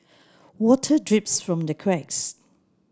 water drips from the cracks